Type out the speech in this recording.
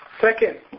second